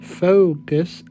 focus